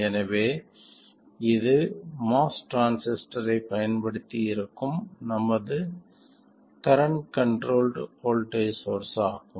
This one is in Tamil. எனவே இது MOS டிரான்சிஸ்டரைப் பயன்படுத்தி இருக்கும் நமது கரண்ட் கண்ட்ரோல்ட் வோல்ட்டேஜ் சோர்ஸ் ஆகும்